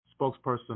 spokesperson